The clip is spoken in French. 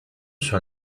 sur